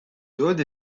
todd